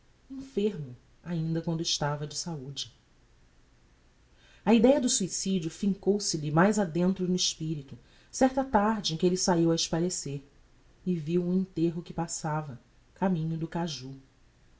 enfermo ainda quando estava de saude a ideia do suicidio fincou se lhe mais a dentro no espirito certa tarde em que elle saiu a espairecer e viu um enterro que passava caminho do cajú